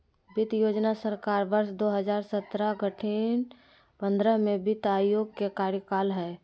वित्त योजना सरकार वर्ष दो हजार सत्रह गठित पंद्रह में वित्त आयोग के कार्यकाल हइ